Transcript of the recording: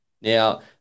Now